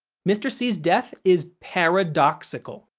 mr. c's death is paradoxical.